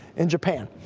in japan,